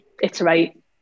iterate